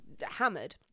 hammered